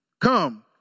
Come